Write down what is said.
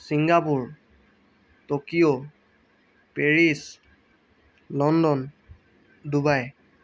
Singapore Tokyo Paris London Dubai